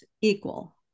equal